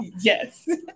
Yes